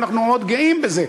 ואנחנו מאוד גאים בזה,